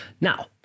Now